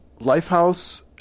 Lifehouse